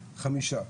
חמישה.